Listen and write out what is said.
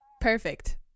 Perfect